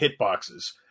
hitboxes